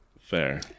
Fair